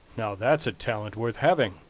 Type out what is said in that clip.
now that's a talent worth having,